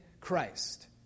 Christ